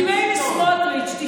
כי מילא סמוטריץ' --- היה מיכאל ביטון.